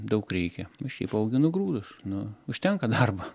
daug reikia o šiaip auginu grūdus nu užtenka darbo